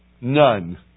None